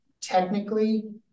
technically